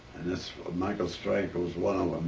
this michael strank was one